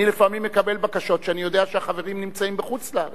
אני לפעמים מקבל בקשות שאני יודע שהחברים נמצאים בחוץ-לארץ,